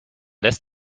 lässt